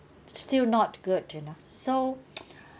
still not good you know so